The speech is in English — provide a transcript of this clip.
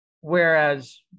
Whereas